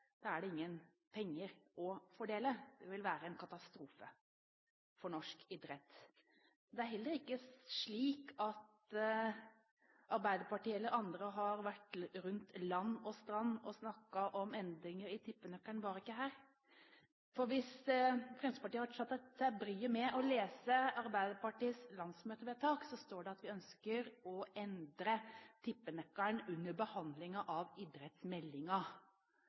da er det ingen penger å fordele. Det vil være en katastrofe for norsk idrett. Det er heller ikke slik at Arbeiderpartiet eller andre har vært land og strand rundt og snakket om endringer i tippenøkkelen – bare ikke her. Hvis Fremskrittspartiet hadde tatt seg bryet med å lese Arbeiderpartiets landsmøtevedtak, står det at vi ønsker å endre tippenøkkelen under behandlingen av